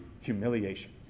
humiliation